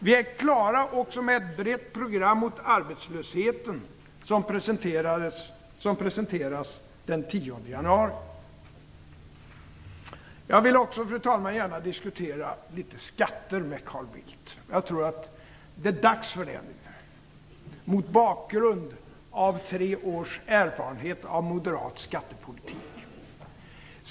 Vi är också klara med ett brett program mot arbetslösheten, som presenteras den 10 januari. Fru talman! Jag vill också gärna diskutera skatter med Carl Bildt. Jag tror att det är dags för det nu, mot bakgrund av tre års erfarenhet av moderat skattepolitik.